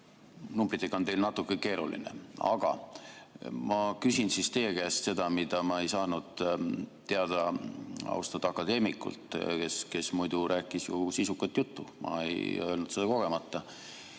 numbritega on teil natuke keeruline. Aga ma küsin teie käest seda, mida ma ei saanud teada austatud akadeemikult, kes muidu rääkis ju sisukat juttu. Ma ei öelnud seda kogemata.